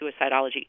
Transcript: suicidology